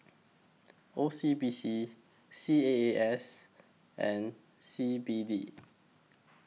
O C B C C A A S and C B D